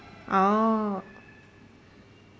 oh